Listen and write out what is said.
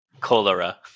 cholera